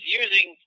using